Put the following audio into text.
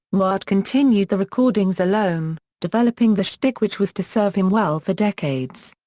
newhart continued the recordings alone, developing the shtick which was to serve him well for decades.